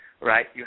right